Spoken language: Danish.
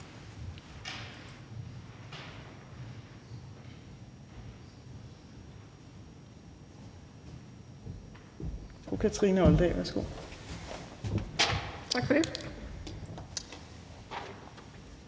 Tak for det.